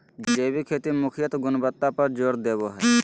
जैविक खेती मुख्यत गुणवत्ता पर जोर देवो हय